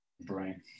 brain